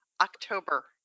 October